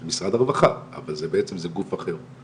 של משרד הרווחה, אבל בעצם, זה גוף אחר.